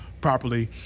properly